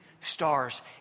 stars